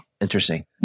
Interesting